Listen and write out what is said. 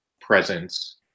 presence